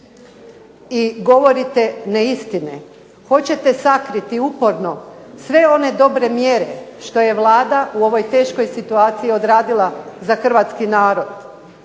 i govorite neistine. Hoćete sakriti uporno sve one dobre mjere što je Vlada u ovoj teškoj situaciji odradila za hrvatski narod.